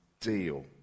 deal